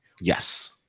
Yes